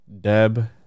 Deb